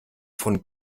von